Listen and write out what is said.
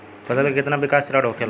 फसल के कितना विकास चरण होखेला?